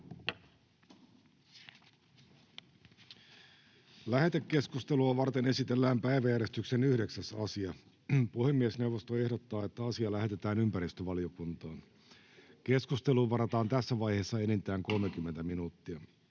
Lähetekeskustelua varten esitellään päiväjärjestyksen 9. asia. Puhemiesneuvosto ehdottaa, että asia lähetetään ympäristövaliokuntaan. Keskusteluun varataan tässä vaiheessa enintään 30 minuuttia.